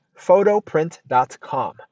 photoprint.com